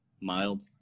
mild